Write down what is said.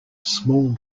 small